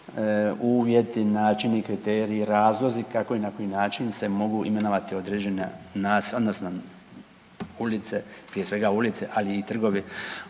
uvjeti, načini, kriteriji, razlozi kako i na koji način se mogu imenovati određena naselja, odnosno ulice, prije svega ulice, ali i trgovi